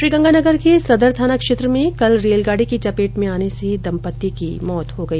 श्रीगंगानगर के सदर थाना क्षेत्र में कल रेलगाड़ी की चपेट में आने से दम्पती की मौत हो गई